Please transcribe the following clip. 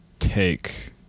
take